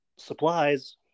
Supplies